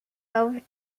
out